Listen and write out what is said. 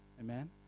amen